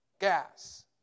gas